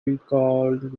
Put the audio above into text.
recalled